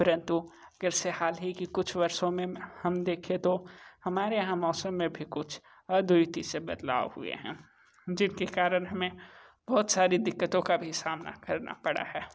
परंतु जैसे हालही के कुछ वर्षों में हम देखे तो हमारे यहाँ मौसम में भी कुछ अद्वितीय से बदलाव हुए हैं जिनके कारण हमें बहुत सारी दिक्कतों का भी सामना करना पड़ा है